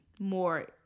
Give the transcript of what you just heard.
more